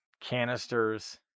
canisters